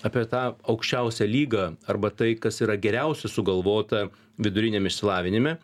apie tą aukščiausią lygą arba tai kas yra geriausia sugalvota viduriniam išsilavinime